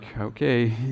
Okay